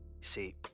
see